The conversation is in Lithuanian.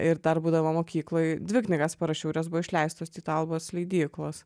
ir dar būdama mokykloj dvi knygas parašiau ir jos buvo išleistos tyto albos leidyklos